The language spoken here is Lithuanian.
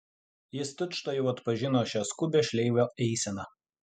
jis tučtuojau atpažino šią skubią šleivą eiseną